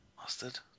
Mustard